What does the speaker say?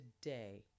today